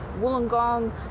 Wollongong